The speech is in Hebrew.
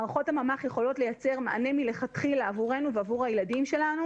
מערכות הממ"ח יכולות לייצר מענה מלכתחילה עבורנו ועבור הילדים שלנו